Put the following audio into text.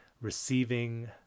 receiving